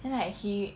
then like he